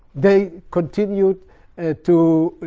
they continued to